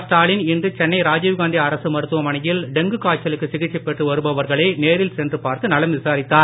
ஸ்டாலின் இன்று சென்னை ராஜீவ்காந்தி அரசு மருத்துவமனையில் டெங்கு காய்ச்சலுக்கு சிகிச்சை பெற்று வருபவர்களை நேரில் சென்று பார்த்து நலம் விசாரித்தார்